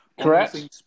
Correct